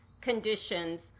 conditions